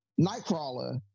nightcrawler